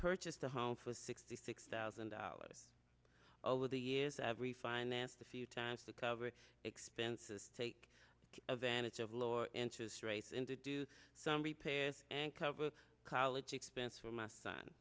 purchased a home for sixty six thousand dollars over the years as we financed the time to cover expenses take advantage of lower interest rates and to do some repairs and cover college expenses for my son